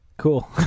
Cool